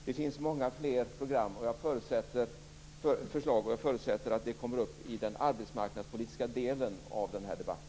Det finns många fler förslag, och jag förutsätter att de kommer upp i den arbetsmarknadspolitiska delen av denna debatt.